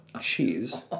cheese